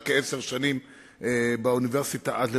כעשר שנים באוניברסיטה עד לדוקטורט.